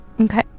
Okay